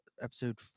Episode